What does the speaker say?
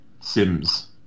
Sims